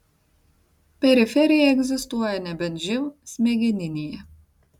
periferija egzistuoja nebent živ smegeninėje